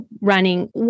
running